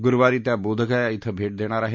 गुरुवारी त्या बोधगया इथं भेट देणार आहेत